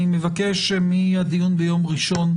אני מבקש שמהדיון ביום ראשון,